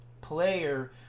player